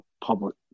public